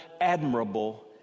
admirable